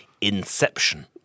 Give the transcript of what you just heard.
Inception